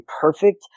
perfect